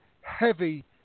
heavy